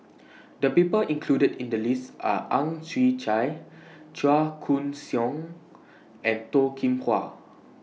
The People included in The list Are Ang Chwee Chai Chua Koon Siong and Toh Kim Hwa